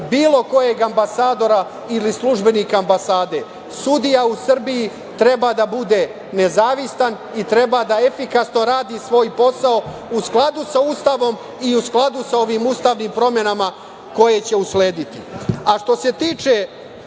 bilo kojeg ambasadora ili službenika ambasade. Sudija u Srbiji treba da bude nezavistan i treba da efikasno radi svoj posao, u skladu sa Ustavom i u skladu sa ovim ustavnim promenama koje će uslediti. Što